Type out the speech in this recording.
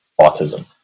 autism